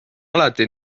alati